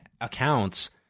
accounts